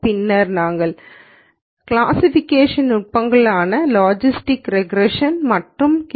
பின்னர் நாங்கள் கிளாசிஃபிகேஷன் நுட்பங்கள் ஆன லாஜிஸ்டிக்ஸ் ரெக்ரேஷன் மற்றும் கே